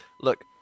Look